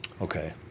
Okay